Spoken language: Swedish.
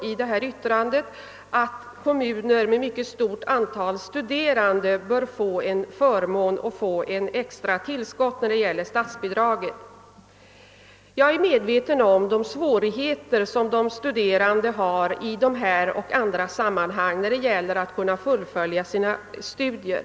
I yttrandet talas om att kommuner med mycket stort antal studerandefamiljer bör få ett extra tillskott i statsbidragshänseende. Jag är medveten om de svårigheter som de studerande har i dessa och andra sammanhang, när de skall fullfölja sina studier.